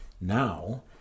now